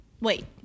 wait